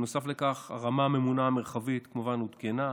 בנוסף לכך, הרמה הממונה המרחבית עודכנה,